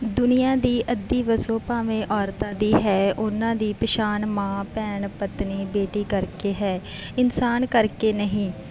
ਦੁਨੀਆਂ ਦੀ ਅੱਧੀ ਵਸੋਂ ਭਾਵੇਂ ਔਰਤਾਂ ਦੀ ਹੈ ਉਹਨਾਂ ਦੀ ਪਛਾਣ ਮਾਂ ਭੈਣ ਪਤਨੀ ਬੇਟੀ ਕਰਕੇ ਹੈ ਇਨਸਾਨ ਕਰਕੇ ਨਹੀਂ